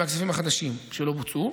מהכספים החדשים שלא בוצעו.